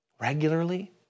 regularly